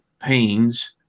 pains